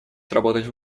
сработать